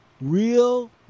real